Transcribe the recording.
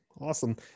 Awesome